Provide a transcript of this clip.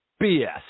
BS